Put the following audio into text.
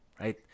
right